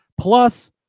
Plus